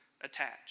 attached